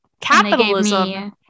Capitalism